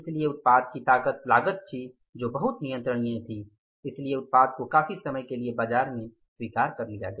इसलिए उत्पाद की ताकत लागत थी जो बहुत नियंत्रण में थी इसलिए उत्पाद को काफी समय के लिए बाजार में स्वीकार किया गया